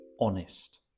Honest